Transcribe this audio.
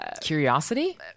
Curiosity